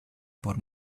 por